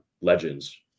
Legends